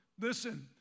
Listen